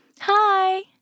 Hi